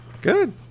Good